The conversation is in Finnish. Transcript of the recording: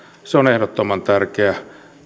se on ehdottoman tärkeä